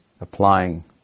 applying